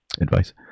advice